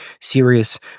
serious